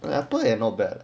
when apple's and not bad leh